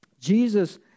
Jesus